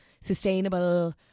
sustainable